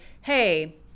hey